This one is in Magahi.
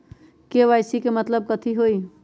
के.वाई.सी के मतलब कथी होई?